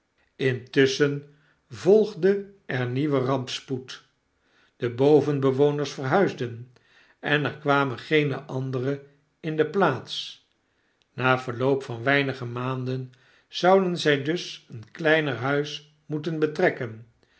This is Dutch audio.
intusschen volgde er nieuwe rampspoed de bovenbewoners verhuisden en er kwamen geene andere in de plaats na verloop van weinige maanden zouden zij dus een kleiner huis moeten betrekken